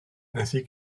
ainsi